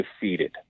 defeated